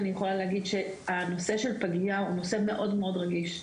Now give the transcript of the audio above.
אני יכולה להגיד שהנושא של פגייה הוא מאוד מאוד רגיש.